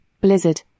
blizzard